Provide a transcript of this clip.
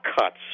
cuts